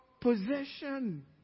possession